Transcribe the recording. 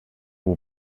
will